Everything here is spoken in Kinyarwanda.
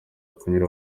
kunyura